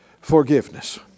forgiveness